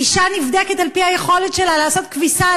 אישה נבדקת על-פי היכולת שלה לעשות כביסה,